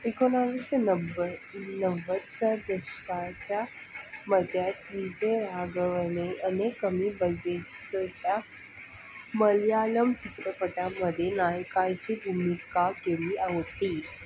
एकोणवीसशे नव्वद नव्वदच्या दशकाच्या मध्यात विजयराघवनने अनेक कमी बजेतच्या मल्याळम चित्रपटामध्ये नायकाची भूमिका केली होती